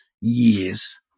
years